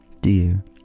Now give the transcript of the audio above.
dear